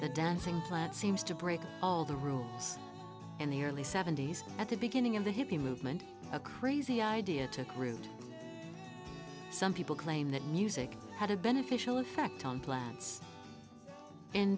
the dancing plat seems to break all the rules in the early seventy's at the beginning of the hippie movement a crazy idea took root some people claim that music had a beneficial effect on plants